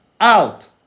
out